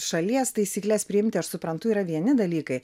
šalies taisykles priimti aš suprantu yra vieni dalykai